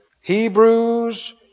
Hebrews